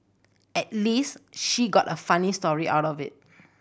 at least she got a funny story out of it